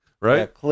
right